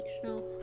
snow